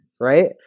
right